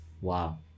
Wow